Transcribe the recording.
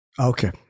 Okay